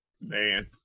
Man